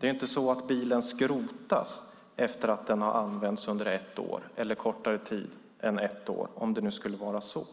Det är inte så att bilen skrotas efter att ha använts under ett år eller kortare tid än ett år, om det nu skulle vara så.